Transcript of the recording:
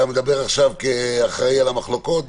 אתה מדבר עכשיו כאחראי על המחלוקות?